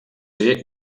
ser